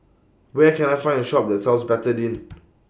Where Can I Find A Shop that sells Betadine